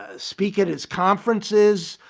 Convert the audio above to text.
ah speak at his conferences,